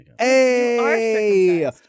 Hey